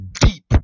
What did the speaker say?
deep